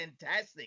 fantastic